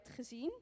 gezien